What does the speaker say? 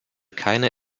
keine